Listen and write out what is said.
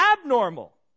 abnormal